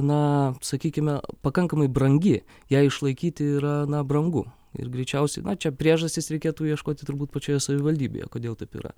na sakykime pakankamai brangi ją išlaikyti yra na brangu ir greičiausiai na čia priežastys reikėtų ieškoti turbūt pačioje savivaldybėje kodėl taip yra